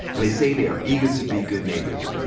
and they say they are eager to be good neighbors.